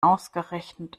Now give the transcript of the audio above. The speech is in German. ausgerechnet